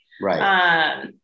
Right